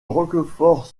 roquefort